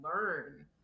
learn